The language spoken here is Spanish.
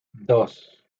dos